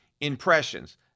impressions